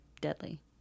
deadly